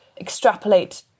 extrapolate